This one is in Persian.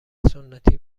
سنتی